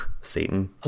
Satan